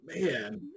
man